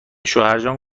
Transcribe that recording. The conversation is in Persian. شوهرجان